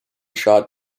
shot